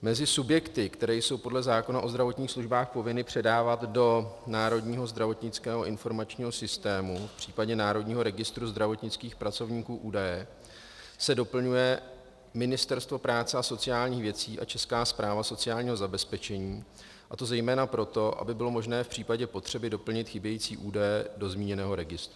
Mezi subjekty, které jsou podle zákona o zdravotních službách povinny předávat do Národního zdravotnického informačního systému, případně Národního registru zdravotnických pracovníků údaje, se doplňuje Ministerstvo práce a sociálních věcí a Česká správa sociálního zabezpečení, a to zejména proto, aby bylo možné v případě potřeby doplnit chybějící údaje do zmíněného registru.